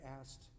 asked